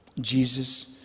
Jesus